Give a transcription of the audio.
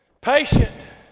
Patient